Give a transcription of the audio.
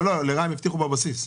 לא, לרע"מ הבטיחו בבסיס.